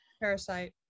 Parasite